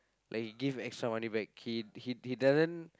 like he give extra money back he he doesn't